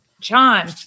John